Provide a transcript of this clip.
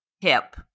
hip